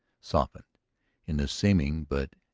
softened in the seeming, but,